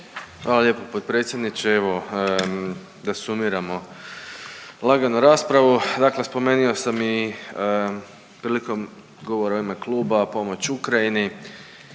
Hvala lijepo potpredsjedniče, evo da sumiramo lagano raspravu. Dakle, spomenuo sam i prilikom govora u ime Kluba, pomoć Ukrajini